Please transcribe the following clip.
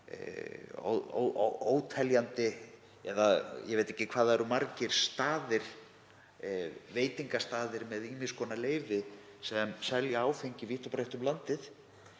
óteljandi — eða ég veit ekki hvað það eru margir staðir, veitingastaðir með ýmiss konar leyfi, sem selja áfengi vítt og breitt um landið.